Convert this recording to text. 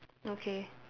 okay